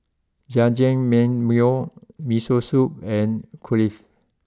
Jajangmyeon Miso Soup and Kulfi